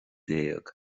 déag